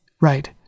Right